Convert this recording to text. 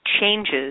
changes